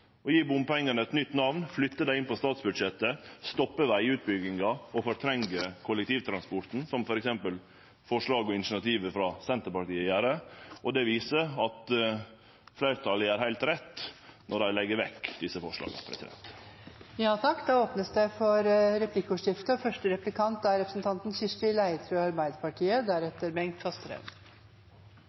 å gje bompengane eit nytt namn, flytte dei inn på statsbudsjettet, stoppe vegutbygginga og fortrengje kollektivtransporten – som f.eks. forslaget og initiativet frå Senterpartiet gjer. Det viser at fleirtalet gjer heilt rett når dei legg vekk desse forslaga. Det blir replikkordskifte. Det blir litt underlig å høre statsråden fra talerstolen snakke om sosiale forskjeller og